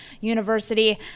University